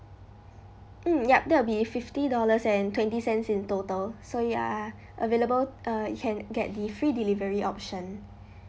mm yup that will be fifty dollars and twenty cents in total so you're available uh you can get the free delivery option